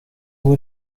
goût